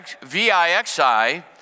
VIXI